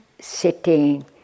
sitting